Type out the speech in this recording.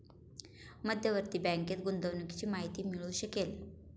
मध्यवर्ती बँकेत गुंतवणुकीची माहिती मिळू शकेल